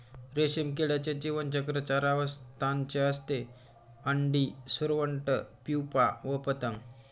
रेशीम किड्याचे जीवनचक्र चार अवस्थांचे असते, अंडी, सुरवंट, प्युपा व पतंग